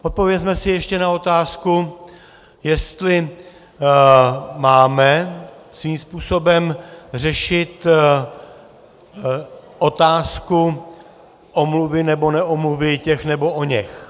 Odpovězme si ještě na otázku, jestli máme svým způsobem řešit otázku omluvy nebo neomluvy těch nebo oněch.